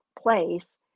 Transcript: place